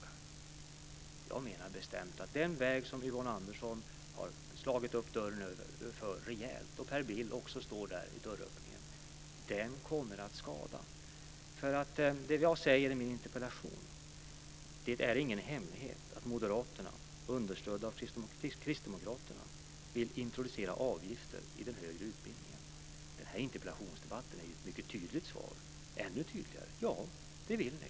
Jag menar bestämt att den väg som Yvonne Andersson har slagit upp dörren för rejält, och där Per Bill också står i dörröppning, kommer att skada. Det jag säger i mitt interpellationssvar är att det inte är någon hemlighet att Moderaterna, understödda av Kristdemokraterna, vill introducera avgifter i den högre utbildningen. Den här interpellationsdebatten är ju ett mycket tydligt svar - ännu tydligare - på att ni vill det.